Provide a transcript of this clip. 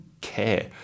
care